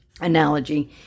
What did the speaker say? analogy